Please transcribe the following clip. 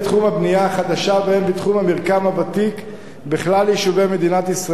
הבנייה החדשה והן בתחום המרקם הוותיק בכלל יישובי מדינת ישראל